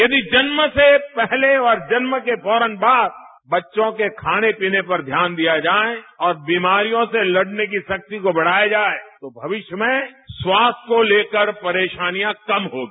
यदि जन्म से पहले और जन्म के फौरन बाद बच्चों के खाने पीने पर ध्यान दिया जाए और बीमारियों से लड़ने की शक्ति को बढ़ाया जाए तो भविष्य में स्वास्थ्य को लेकर परेशानियां कम होंगी